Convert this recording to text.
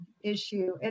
issue